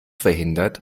verhindert